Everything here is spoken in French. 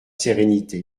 sérénité